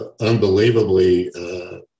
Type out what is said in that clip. unbelievably